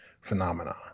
phenomena